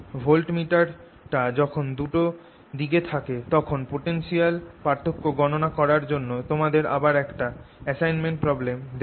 ভোল্টমিটারটা যখন দুটো দিকে থাকে তখন পোটেনশিয়াল পার্থক্য গণনা করার জন্য তোমাদের আবার একটা অ্যাসাইনমেন্ট প্রব্লেম দেব